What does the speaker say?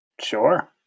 Sure